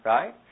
Right